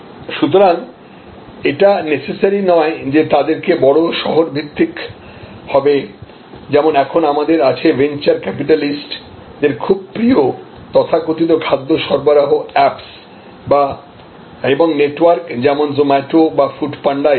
সুতরাং এটা নেসেসারি নয় যে তাদেরকে বড় শহর ভিত্তিক হবে যেমন এখন আমাদের আছে ভেঞ্চার ক্যাপিটালিস্ট দের খুব প্রিয় তথাকথিত খাদ্য সরবরাহ অ্যাপস এবং নেটওয়ার্ক যেমন জোমাটো বা ফুডপান্ডা ইত্যাদি